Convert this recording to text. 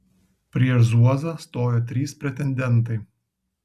prieš zuozą stojo trys pretendentai